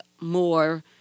more